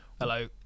Hello